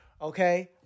okay